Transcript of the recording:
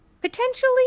potentially